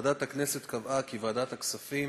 ועדת הכנסת קבעה כי ועדת הכספים